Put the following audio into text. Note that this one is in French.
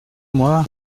moi